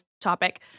topic